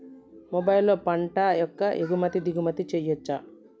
మొబైల్లో పంట యొక్క ఎగుమతి దిగుమతి చెయ్యచ్చా?